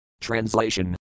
Translation